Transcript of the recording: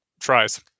tries